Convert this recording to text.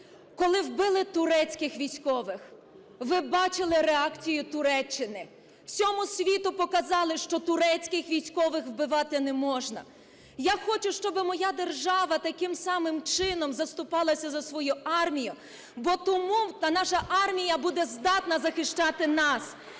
Коли вбили турецьких військових, ви бачили реакцію Туреччини. Всьому світу показали, що турецьких військових вбивати не можна. Я хочу, щоби моя держава таким самим чином заступалася за свою армію, бо тому наша армія буде здатна захищати нас.